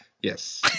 yes